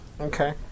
Okay